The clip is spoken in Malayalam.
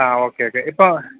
ആ ഓക്കെ ഓക്കെ ഇപ്പോള്